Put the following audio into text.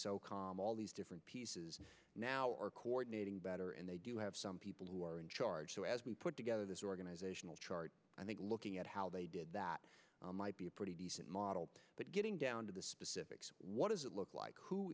com all these different pieces now or coordinating better and they do have some people who are in charge so as we put together this organizational chart i think looking at how they did that might be a pretty decent model but getting down to the specifics what does it look like who